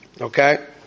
Okay